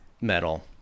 metal